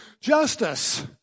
justice